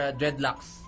dreadlocks